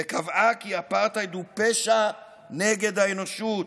וקבעה כי אפרטהייד הוא פשע נגד האנושות.